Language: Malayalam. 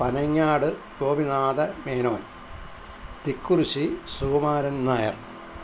പനങ്ങാട് ഗോപിനാഥ മേനോൻ തിക്കുറിശ്ശി സുകുമാരൻ നായർ